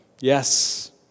Yes